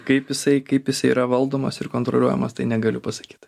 kaip jisai kaip jisai yra valdomas ir kontroliuojamas tai negaliu pasakyt